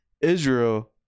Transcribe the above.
Israel